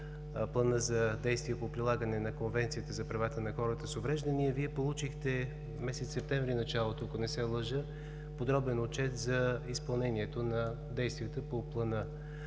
за действие по прилагане на Конвенцията за правата на хората с увреждания. Вие получихте в началото на месец септември, ако не се лъжа, подробен отчет за изпълнението на действията по Плана.